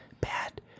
bad